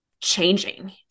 changing